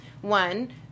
one